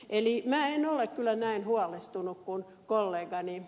eli minä en ole kyllä näin huolestunut kuin kollegani ed